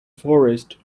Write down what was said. forest